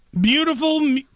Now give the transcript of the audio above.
beautiful